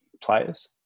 players